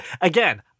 Again